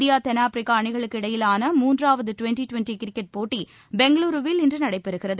India தென்னாப்பிரிக்கா அணிகளுக்கு இடையிலான மூன்றாவது ட்வெண்ட்டி ட்வெண்ட்டி கிரிக்கெட் போட்டி பெங்களூருவில் இன்று நடைபெறுகிறது